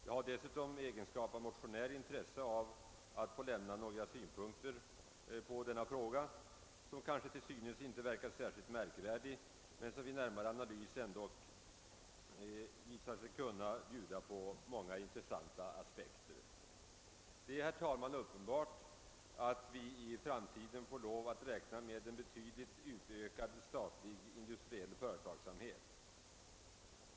Jag har dessutom i egenskap av motionär intresse av att få anföra några synpunkter på denna fråga, som till synes kanske inte är särskilt märkvärdig men som vid närmare analys ändå visar sig inrymma många intressanta aspekter. Det är, herr talman, uppenbart att vi i framtiden får lov att räkna med en betydligt utökad statlig industriell företagsamhet.